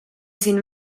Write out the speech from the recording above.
siin